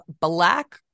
black